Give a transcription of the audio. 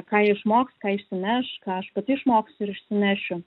ką jie išmoks ką išsineš ką aš pati išmoksiu ir išsinešiu